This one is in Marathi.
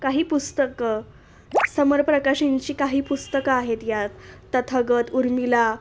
काही पुस्तकं समर प्रकाशनची काही पुस्तकं आहेत यात तथागत उर्मिला